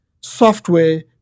software